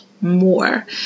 more